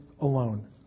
alone